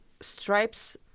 stripes